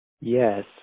Yes